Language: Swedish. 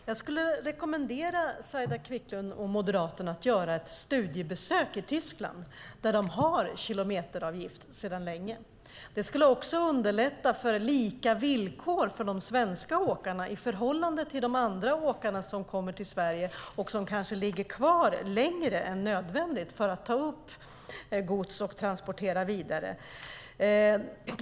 Herr talman! Jag rekommenderar Saila Quicklund och Moderaterna att göra ett studiebesök i Tyskland där man har kilometeravgift sedan länge. Det skulle också underlätta när det gäller att få lika villkor för de svenska åkarna i förhållande till de andra åkare som kommer till Sverige och som kanske ligger kvar längre än nödvändigt för att ta upp gods och transportera vidare.